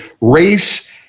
Race